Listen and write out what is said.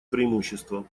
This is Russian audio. преимущество